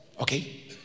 okay